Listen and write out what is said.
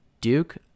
duke